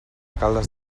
caldes